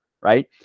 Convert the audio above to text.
right